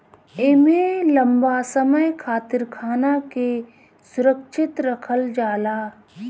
एमे लंबा समय खातिर खाना के सुरक्षित रखल जाला